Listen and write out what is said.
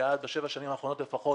שעד לשבע השנים האחרונות לפחות